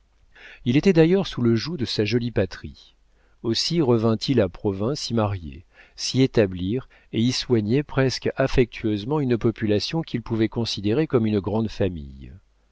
il était d'ailleurs sous le joug de sa jolie patrie aussi revint il à provins s'y marier s'y établir et y soigner presque affectueusement une population qu'il pouvait considérer comme une grande famille